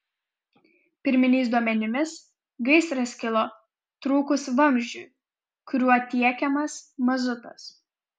pirminiais duomenimis gaisras kilo trūkus vamzdžiui kuriuo tiekiamas mazutas